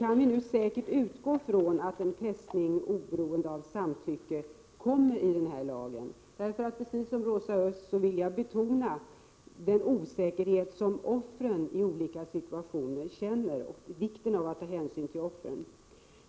Kan vi säkert utgå från att testning oberoende av samtycke kommer att ingå i lagen? Precis som Rosa Östh vill jag betona den osäkerhet som offren i olika situationer känner och vikten av att ta hänsyn till offren.